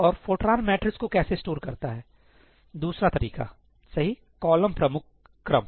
और Fortran matrix को कैसे स्टोर करता है दूसरा तरीका सही कॉलम प्रमुख क्रम